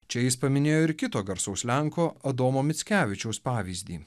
čia jis paminėjo ir kito garsaus lenko adomo mickevičiaus pavyzdį